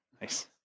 Nice